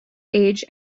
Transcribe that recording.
age